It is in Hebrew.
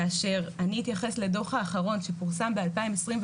כאשר אני אתייחס לדו"ח האחרון שפורסם בשנת 2021,